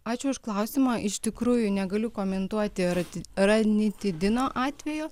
ačiū už klausimą iš tikrųjų negaliu komentuoti rati ranitidino atvejo